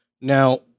now